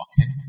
Okay